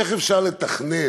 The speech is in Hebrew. איך אפשר לתכנן?